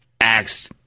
acts